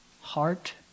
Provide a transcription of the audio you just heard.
heart